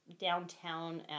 downtown